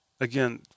again